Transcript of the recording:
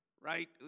right